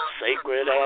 sacred